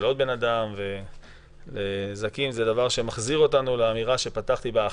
עוד בן אדם ולנזקים זה דבר שמחזיר אותנו לאמירה שפתחתי בה.